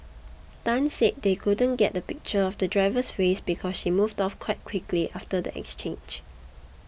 Tan said they couldn't get the pictures of the driver's face because she moved off quite quickly after the exchange